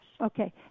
Okay